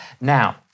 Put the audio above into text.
Now